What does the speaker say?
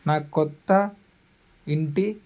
నా క్రొత్త ఇంటి